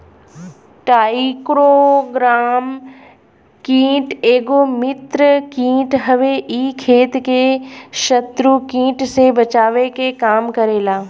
trichogramma कीट एगो मित्र कीट हवे इ खेत के शत्रु कीट से बचावे के काम करेला